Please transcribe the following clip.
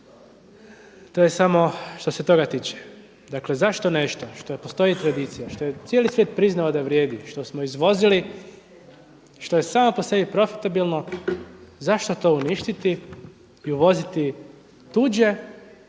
To je samo što se toga tiče. Dakle, zašto nešto što postoji tradicija, što je cijeli svijet priznao da vrijedi, što smo izvozili, što je samo po sebi profitabilno zašto to uništiti i uvoziti tuđe